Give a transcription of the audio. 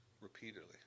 repeatedly